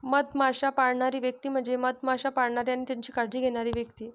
मधमाश्या पाळणारी व्यक्ती म्हणजे मधमाश्या पाळणारी आणि त्यांची काळजी घेणारी व्यक्ती